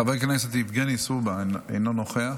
חבר הכנסת יבגני סובה, אינו נוכח.